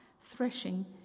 threshing